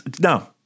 No